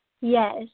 Yes